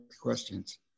questions